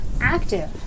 active